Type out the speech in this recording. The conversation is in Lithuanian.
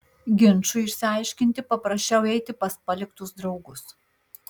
ginčui išsiaiškinti paprašiau eiti pas paliktus draugus